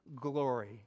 glory